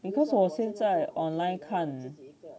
because 我现在 online 看